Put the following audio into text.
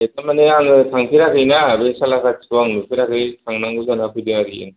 ए थारमाने आङो थांफेराखैना बे सालाकाटिखौ आं नुफेराखै थांनांगौ जानानै फैदों आरोखि